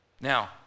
now